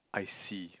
I see